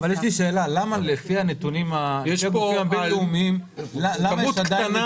למה לפי הנתונים הבין-לאומיים יש עדיין